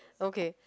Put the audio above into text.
okay